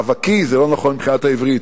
המאבקִי, זה לא נכון מבחינת העברית,